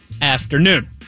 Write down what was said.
afternoon